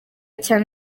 cyane